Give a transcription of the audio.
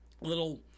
little